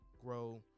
grow